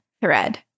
thread